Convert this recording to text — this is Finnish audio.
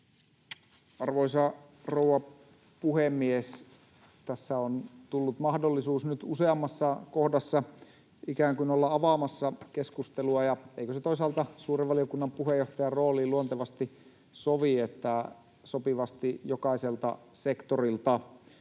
Arvoisa rouva puhemies! Tässä on tullut mahdollisuus nyt useammassa kohdassa ikään kuin olla avaamassa keskustelua, ja eikö se toisaalta suuren valiokunnan puheenjohtajan rooliin luontevasti sovi, että sopivasti jokaiselta sektorilta. Mutta